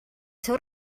seu